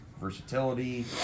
versatility